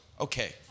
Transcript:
okay